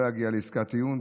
לא יגיע לעסקת טיעון,